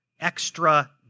extra